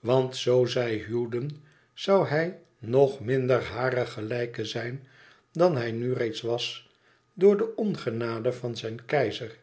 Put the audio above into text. want zo zij huwden zoû hij nog minder hare gelijke zijn dan hij nu reeds was door de ongenade van zijn keizer